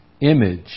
image